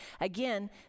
Again